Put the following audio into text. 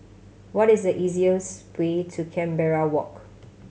what is the easiest way to Canberra Walk